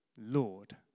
Lord